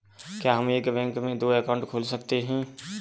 क्या हम एक बैंक में दो अकाउंट खोल सकते हैं?